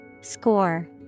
Score